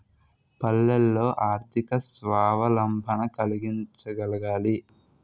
పల్లెల్లో ఆర్థిక స్వావలంబన కలిగించగలగాలి